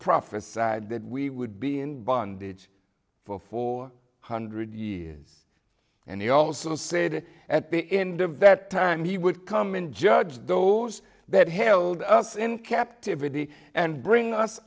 prophesied that we would be in bondage for four hundred years and he also said at the end of that time he would come in judge those that held us in captivity and bring us